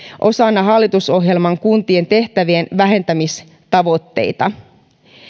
osana hallitusohjelman kuntien tehtävien vähentämistavoitteita